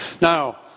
Now